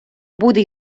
буде